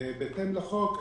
בהתאם לחוק,